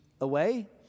away